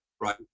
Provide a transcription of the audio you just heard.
Right